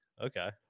Okay